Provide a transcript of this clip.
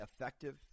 effective